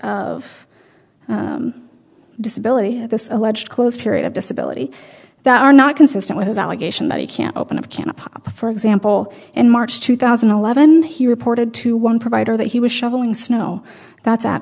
of disability this alleged closed period of disability that are not consistent with his allegation that he can't open of can a pop for example in march two thousand and eleven he reported to one provider that he was shoveling snow that